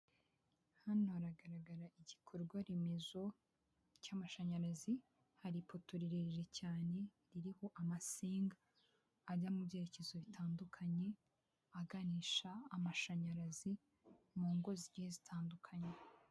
Hano haragaragara igikorwa remezo cy'amashanyarazi hari ipoto rirerire cyane ririho amasinga ajya mu byerekezo bitandukanye aganisha amashanyarazi mu ngo zigiye zitandukanye.